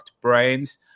Brains